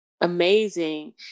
amazing